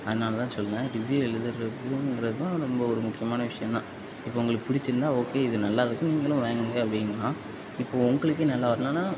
அதனால தான் சொல்லுறேன் ரிவியூ எழுதுறதுங்குறதும் ரொம்ப ஒரு முக்கியமான விஷயம்தான் இப்போ உங்களுக்கு பிடிச்சிருந்தா ஓகே இது நல்லாருக்கு நீங்களும் வாங்குங்க அப்படின்னா இப்போ உங்களுக்கே நல்லாயில்லன்னா